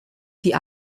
die